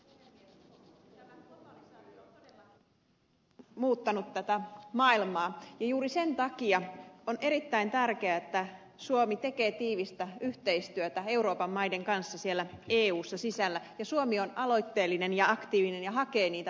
tämä globalisaatio on todella muuttanut tätä maailmaa ja juuri sen takia on erittäin tärkeää että suomi tekee tiivistä yhteistyötä euroopan maiden kanssa siellä eussa sisällä ja että suomi on aloitteellinen ja aktiivinen ja hakee niitä verkostoja